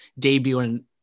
debuting